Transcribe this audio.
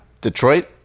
Detroit